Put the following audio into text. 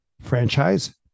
franchise